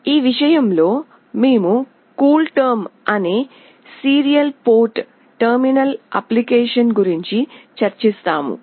ఈ విషయంలో మేము కూల్టెర్మ్ అనే సీరియల్ పోర్ట్ టెర్మినల్ అప్లికేషన్ గురించి చర్చిస్తాము